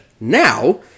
Now